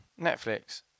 Netflix